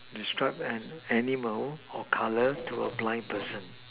describe an animal or colour to a blind person